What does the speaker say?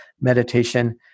meditation